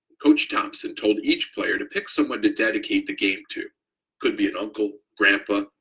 coach thompson told each player to pick someone to dedicate the game to could be an uncle grandpa,